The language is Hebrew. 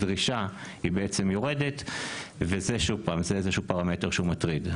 הדרישה היא בעצם יורדת וזה איזשהו פרמטר שהוא מטריד.